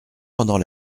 pendant